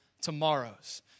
tomorrows